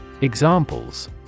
Examples